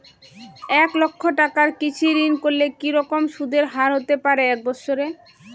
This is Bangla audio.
এক লক্ষ টাকার কৃষি ঋণ করলে কি রকম সুদের হারহতে পারে এক বৎসরে?